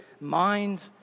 mind